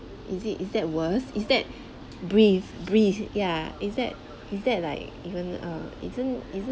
is it is that worse is that breathe breathe yeah is that is that like even err isn't isn't